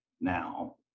now